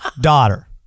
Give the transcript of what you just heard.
daughter